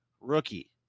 rookie